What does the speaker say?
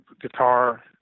guitar